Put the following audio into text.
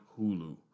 Hulu